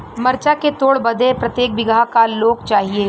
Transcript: मरचा के तोड़ बदे प्रत्येक बिगहा क लोग चाहिए?